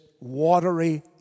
watery